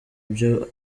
ibyo